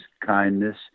kindness